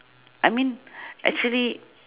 I mean actually